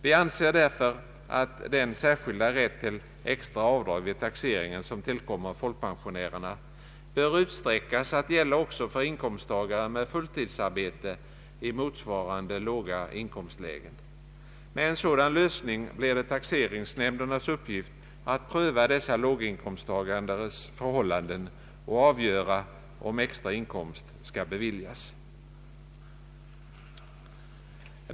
Vi anser därför att den särskilda rätt till extra avdrag vid taxeringen som tillkommer folkpensionärerna bör utsträckas att gälla också för inkomsttagare med fulltidsarbete i motsvarande låga inkomstlägen. Med en sådan lösning blir det taxeringsnämndernas uppgift att pröva dessa låginkomsttagares förhållanden och avgöra om extra avdrag skall beviljas.